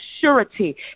surety